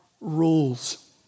rules